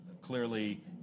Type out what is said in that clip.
clearly